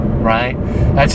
Right